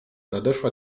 nadeszła